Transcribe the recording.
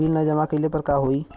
Bill न जमा कइले पर का होई?